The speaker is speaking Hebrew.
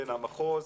בין המחוז,